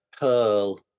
Pearl